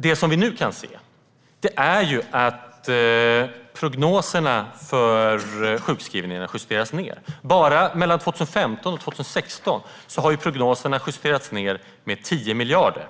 Det som vi nu kan se är att prognoserna för sjukskrivningarna justeras ned. Bara från 2015 till 2016 har prognoserna justerats ned med 10 miljarder.